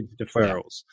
deferrals